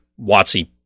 Watsy